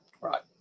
Right